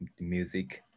music